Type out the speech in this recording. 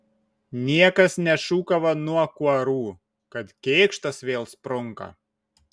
niekas nešūkavo nuo kuorų kad kėkštas vėl sprunka